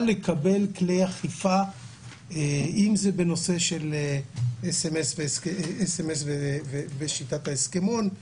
לקבל כלי אכיפה אם זה בנושא של סמס ושיטת ההסכמון,